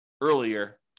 earlier